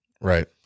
Right